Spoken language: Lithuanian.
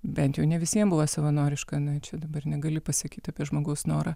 bent jau ne visiem buvo savanoriška na čia dabar negali pasakyt apie žmogaus norą